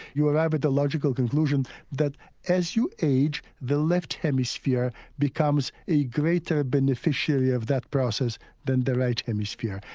you arrive at the logical conclusion that as you age the left hemisphere becomes a greater beneficiary of that process than the right hemisphere.